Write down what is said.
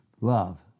Love